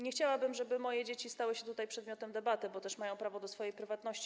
Nie chciałabym, żeby moje dzieci stały się tu przedmiotem debaty, bo też mają prawo do prywatności.